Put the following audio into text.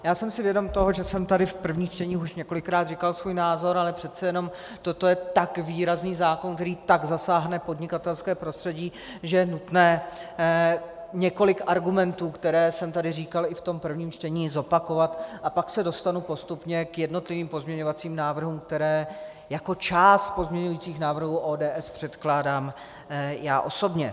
Já jsem si vědom toho, že jsem tady v prvním čtení už několikrát říkal svůj názor, ale přece jenom toto je tak výrazný zákon, který tak zasáhne podnikatelské prostředí, že je nutné několik argumentů, které jsem tady říkal i v tom prvním čtení, zopakovat, a pak se dostanu postupně k jednotlivým pozměňovacím návrhům, které jako část pozměňovacích návrhů ODS předkládám já osobně.